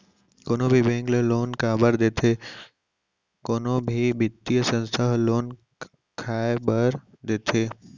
कोनो भी bank loan काबर देथे कोनो भी बित्तीय संस्था ह लोन काय बर देथे?